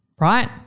right